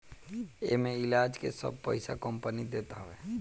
एमे इलाज के सब पईसा कंपनी देत हवे